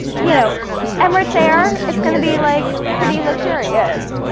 you know emirates air, it's gonna be like pretty luxurious.